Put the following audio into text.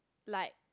like